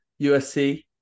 USC